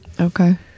Okay